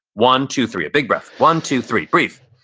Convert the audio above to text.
one, two, three, big breath. one, two, three, breathe.